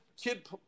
kid